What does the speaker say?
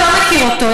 אתה לא מכיר אותו.